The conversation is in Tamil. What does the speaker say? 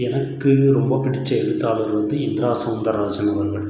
எனக்கு ரொம்ப பிடிச்ச எழுத்தாளர் வந்து இந்திரா சௌந்தரராஜன் அவர்கள்